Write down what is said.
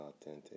authentic